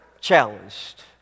challenged